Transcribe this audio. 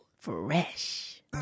Fresh